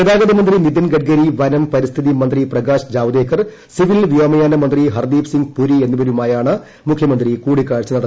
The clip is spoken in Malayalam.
ഗതാഗത മന്ത്രി നിതിൻ ഗഡ്കരി വനം പരിന്മ്മിതി മന്ത്രി പ്രകാശ് ജാവ്ദേക്കർ സിവിൽ വ്യോമയാന മന്ത്രി ഹ്ർദ്ദീപ് സിംഗ് പുരി എന്നിവരുമായാണ് മുഖ്യമന്ത്രി കൂടിക്കാഴ്ച നടത്തിയത്